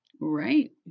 Right